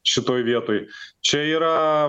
šitoj vietoj čia yra